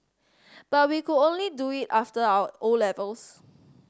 but we could only do it after our O levels